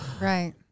Right